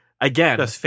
again